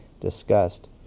discussed